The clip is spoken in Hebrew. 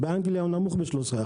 באנגליה הוא נמוך ב-13%,